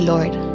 Lord